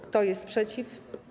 Kto jest przeciw?